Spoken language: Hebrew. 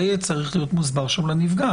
זה יהיה צריך להיות מוסבר שם לנפגעת.